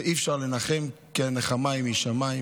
ואי-אפשר לנחם כי הנחמה היא משמיים.